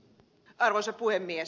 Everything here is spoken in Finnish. arvoisa puhemies